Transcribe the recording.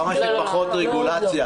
כמה שפחות רגולציה.